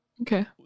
Okay